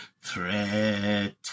threat